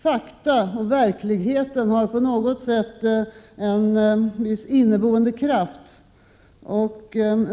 Fakta och verklighet har på något sätt en viss inneboende kraft.